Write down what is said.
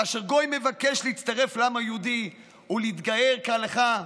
כאשר גוי מבקש להצטרף לעם היהודי ולהתגייר כהלכה,